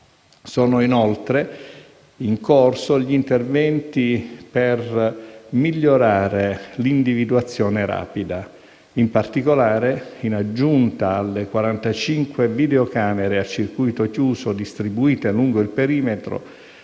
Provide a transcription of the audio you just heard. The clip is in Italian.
Sono inoltre in corso gli interventi per migliorare l'individuazione rapida. In particolare, in aggiunta alle quarantacinque videocamere a circuito chiuso distribuite lungo il perimetro,